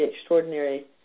extraordinary